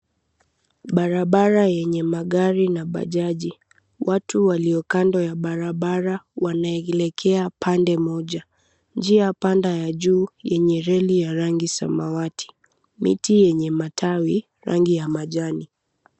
Barabara yenye magari na bajaji. Watu walio kando ya barabara wanaelekea pande moja. Njia panda ya juu yenye reli ya rangi ya samawati. Miti yenye matawi rangi ya majani.